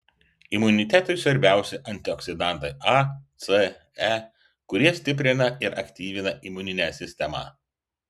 imunitetui svarbiausi antioksidantai a c e kurie stiprina ir aktyvina imuninę sistemą